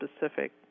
specific